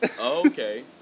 Okay